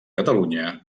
catalunya